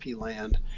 Land